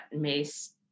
Mace